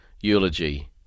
eulogy—